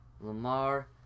Lamar